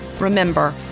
Remember